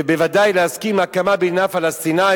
ובוודאי להסכים להקמת מדינה פלסטינית,